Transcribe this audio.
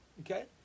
Okay